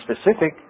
specific